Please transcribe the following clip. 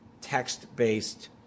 text-based